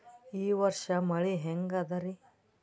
ಈ ವರ್ಷ ಮಳಿ ಹೆಂಗ ಅದಾರಿ?